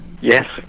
Yes